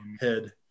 head